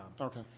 Okay